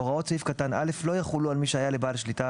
הוראות סעיף קטן (א) לא יחולו על מי שהיה לבעל שליטה